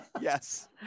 Yes